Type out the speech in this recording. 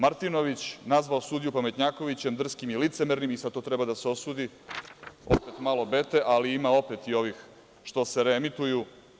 Martinović nazvao sudiju pametnjakovićem, drskim i licemernim i sad to treba da se osudi, opet malo Bete, ali ima opet i ovih što se reemituju.